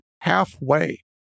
halfway